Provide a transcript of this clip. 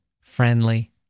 friendly